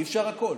אי-אפשר הכול.